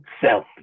self